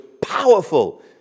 powerful